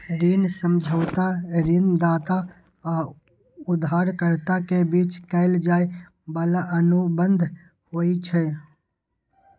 ऋण समझौता ऋणदाता आ उधारकर्ता के बीच कैल जाइ बला अनुबंध होइ छै